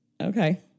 Okay